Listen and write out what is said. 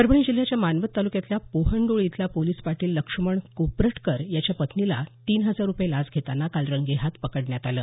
परभणी जिल्ह्याच्या मानवत तालुक्यातल्या पोहंडूळ इथला पोलीस पाटील लक्ष्मण कोपरटकर याच्या पत्नीला तीन हजार रुपये लाच घेतांना काल रंगेहाथ पकडण्यात आलं